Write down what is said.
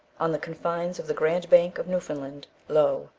on the confines of the grand bank of newfoundland, lo!